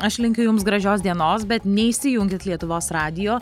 aš linkiu jums gražios dienos bet neišsijunkit lietuvos radijo